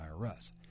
IRS